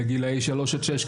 לגילאי שלוש עד שש,